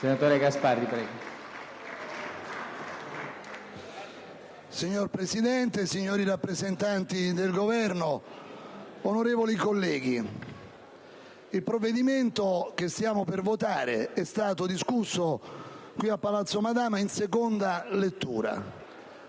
facoltà. GASPARRI *(PdL)*. Signor Presidente, signori rappresentanti del Governo, onorevoli colleghi, il provvedimento che stiamo per votare è stato discusso qui a Palazzo Madama in seconda lettura.